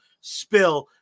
spill